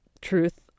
truth